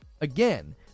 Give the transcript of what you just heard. Again